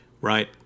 Right